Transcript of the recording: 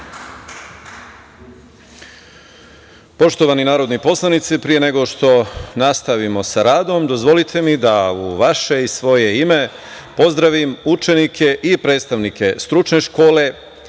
Poštovani narodni poslanici, pre nego što nastavimo sa radom, dozvolite mi da u vaše i svoje ime pozdravim učenike i predstavnike stručne škole